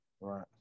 Right